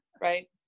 right